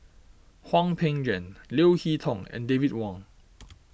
Hwang Peng Yuan Leo Hee Tong and David Wong